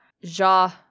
Ja